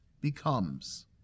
becomes